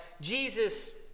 Jesus